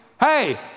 Hey